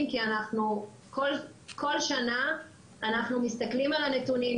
כי אנחנו כל שנה מסתכלים על הנתונים,